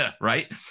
Right